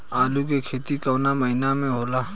आलू के खेती कवना महीना में होला?